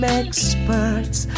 experts